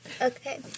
Okay